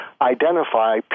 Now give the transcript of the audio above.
identify